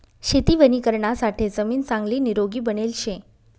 शेती वणीकरणासाठे जमीन चांगली निरोगी बनेल शे